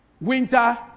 winter